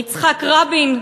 יצחק רבין,